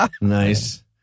Nice